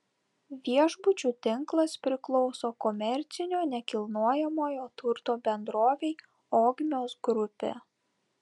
viešbučių tinklas priklauso komercinio nekilnojamojo turto bendrovei ogmios grupė